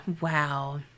wow